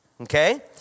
okay